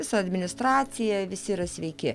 su administracija visi yra sveiki